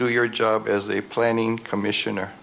do your job as a planning commission